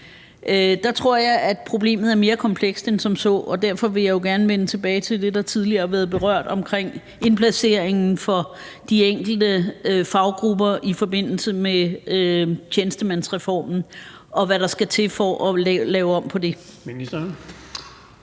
Der tror jeg at problemet er mere komplekst end som så, og derfor vil jeg jo gerne vende tilbage til det, der tidligere har været berørt omkring indplaceringen af de enkelte faggrupper i forbindelse med tjenestemandsreformen, og hvad der skal til, for at lave om på det. Kl.